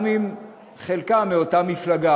גם אם חלקם מאותה מפלגה,